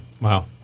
Wow